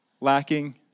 lacking